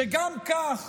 שגם כך